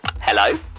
Hello